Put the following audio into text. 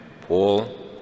Paul